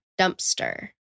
dumpster